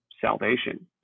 salvation